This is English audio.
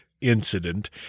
incident